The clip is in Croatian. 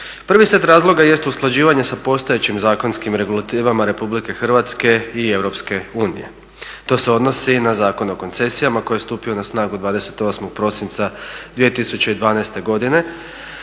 Prvi set razloga jest usklađivanje sa postojećim zakonskim regulativama RH i EU. To se odnosi na Zakon o koncesijama koji je stupio na snagu 28.prosinca 2012.godine,